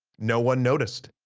no one noticed.